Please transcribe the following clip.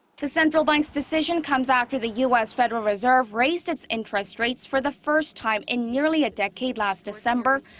the central bank's decision. comes after the u s. federal reserve raised its interest rates for the first time in nearly a decade last december.